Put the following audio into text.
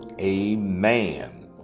Amen